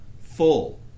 full